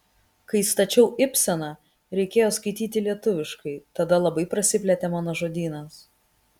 kai stačiau ibseną reikėjo skaityti lietuviškai tada labai prasiplėtė mano žodynas